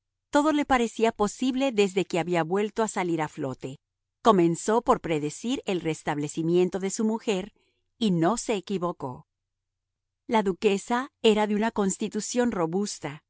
todo le parecía posible desde que había vuelto a salir a flote comenzó por predecir el restablecimiento de su mujer y no se equivocó la duquesa era de una constitución robusta